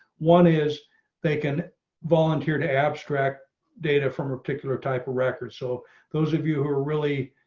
one is they can volunteer to abstract data from a particular type of record. so those of you who are really